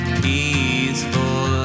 peaceful